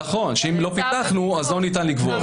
נכון, שאם לא פיתחנו אז לא ניתן לגבות.